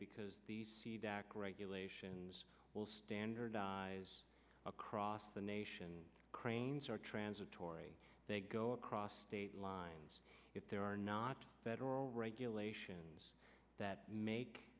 because the regulations will standardize across the nation cranes are transitory they go across state lines if there are not federal regulations that make